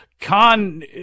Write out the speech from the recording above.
Khan